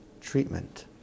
treatment